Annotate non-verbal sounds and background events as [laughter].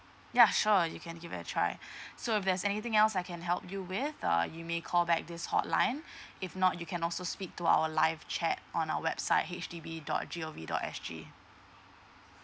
ya sure you can give it a try [breath] so if there's anything else I can help you with uh you may call back this hotline [breath] if not you can also speak to our live chat on our website H D B dot G O V dot S G